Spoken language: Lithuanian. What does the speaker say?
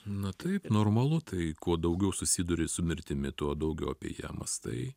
na taip normalu tai kuo daugiau susiduri su mirtimi tuo daugiau apie ją mąstai